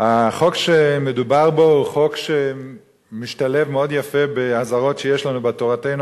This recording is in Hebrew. החוק שמדובר בו הוא חוק שמשתלב מאוד יפה באזהרות שיש לנו בתורתנו